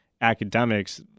academics